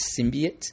symbiote